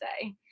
say